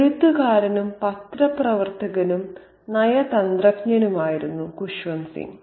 എഴുത്തുകാരനും പത്രപ്രവർത്തകനും നയതന്ത്രജ്ഞനുമായിരുന്നു ഖുസ്വന്ത് സിംഗ്